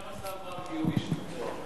גם השר מרגי הוא איש מקצוע.